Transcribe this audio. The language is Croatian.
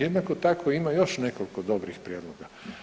Jednako tako ima još nekoliko dobrih prijedloga.